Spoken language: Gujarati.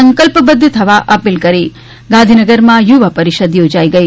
સંક્લ્પ બંધ્ધ થવા અપીલ કરી ગાંધીનગરમાં યુવા પરિષદ યોજાઇ ગઇ